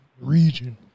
region